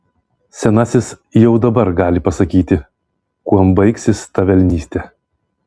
senasis jau dabar gali pasakyti kuom baigsis ta velnystė